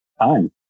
time